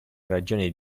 ragione